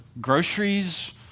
groceries